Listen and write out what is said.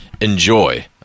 Enjoy